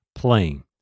playing